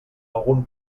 algun